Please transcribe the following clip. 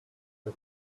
get